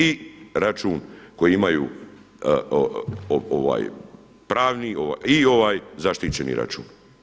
I račun koji imaju pravi i ovaj zaštićeni račun.